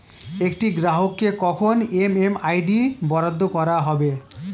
একটি গ্রাহককে কখন এম.এম.আই.ডি বরাদ্দ করা হবে?